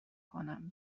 کنم